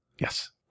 Yes